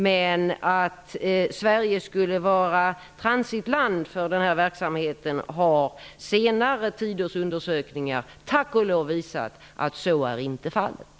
Men att Sverige skulle vara transitland för denna verksamhet har senare tiders undersökningar tack och lov visat att så inte är fallet.